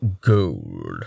gold